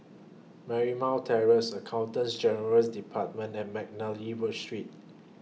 Marymount Terrace Accountant General's department and Mcnally Street